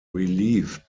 relieved